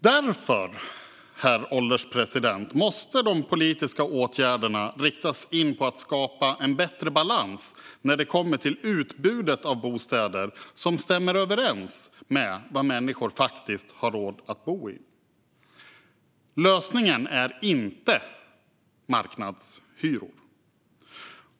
Därför, herr ålderspresident, måste de politiska åtgärderna riktas in på att skapa en bättre balans när det kommer till utbudet av bostäder som stämmer överens med vad människor faktiskt har råd att bo i. Lösningen är inte marknadshyror.